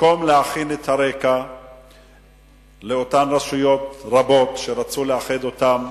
במקום להכין את הרקע לאותן רשויות רבות שרצו לאחד אותן,